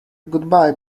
goodbye